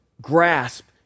grasp